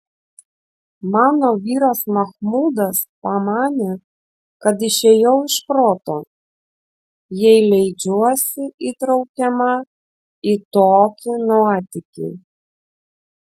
mano vyras machmudas pamanė kad išėjau iš proto jei leidžiuosi įtraukiama į tokį nuotykį